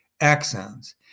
axons